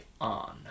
on